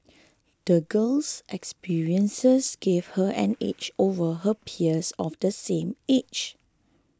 the girl's experiences gave her an edge over her peers of the same age